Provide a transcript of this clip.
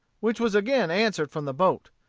which was again answered from the boat,